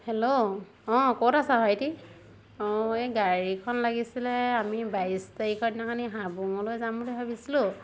hello অঁ ক'ত আছা ভাইটি অঁ এই গাড়ীখন লাগিছিলে আমি বাইছ তাৰিখৰ দিনাখনি হাবুঙলৈ যাম বুলি ভাবিছিলো